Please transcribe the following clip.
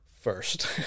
first